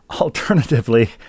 Alternatively